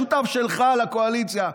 השותף שלך לקואליציה,